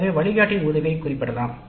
எனவே வழிகாட்டியின் உதவியை குறிப்பிடலாம்